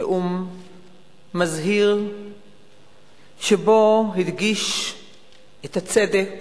נאום מזהיר שבו הדגיש את הצדק